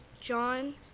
John